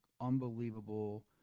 unbelievable